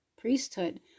priesthood